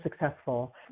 successful